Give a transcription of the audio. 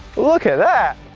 look at that!